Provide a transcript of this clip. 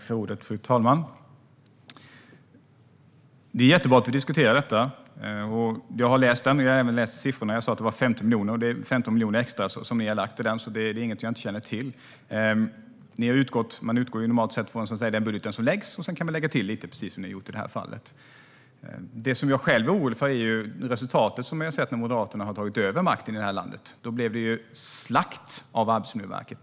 Fru talman! Det är jättebra att vi diskuterar detta. Jag har läst Moderaternas budgetmotion, och jag har även läst siffrorna. Jag sa att det var 15 miljoner extra som ni har lagt i den, så det är inget jag inte känner till. Man utgår normalt sett från den budget som läggs fram, och sedan kan man lägga till lite, precis som ni har gjort i detta fall. Det jag själv är orolig för är det resultat vi har sett när Moderaterna har tagit över makten här i landet. Då blev det slakt av Arbetsmiljöverket.